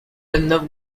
arnav